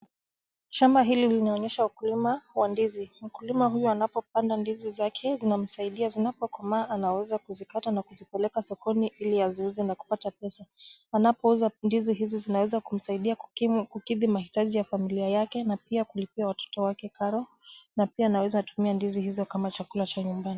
Shamba hili linaonyesha ukulima wa ndizi. Mkulima huyu anapopanda ndizi zake zinamsaidia sana kwa maana anaweza kuzikata na kuzipeleka sokoni ili aziuze na kupata pesa. Anapouza ndizi hizo zinaweza kumsaidia kukidhi mahitaji ya familia yake na pia kulipia watoto wake karo na pia anaweza tumia ndizi hizo kama chakula cha nyumbani.